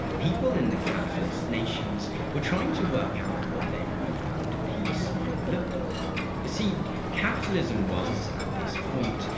people in the capitalist nations were trying to work out what their newfound peace might look like. see, capitalism was, at this point,